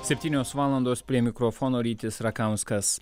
septynios valandos prie mikrofono rytis rakauskas